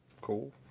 Cool